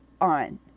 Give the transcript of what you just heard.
on